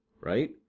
right